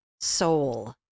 soul